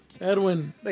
Edwin